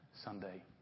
Sunday